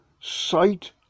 sight